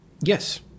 Yes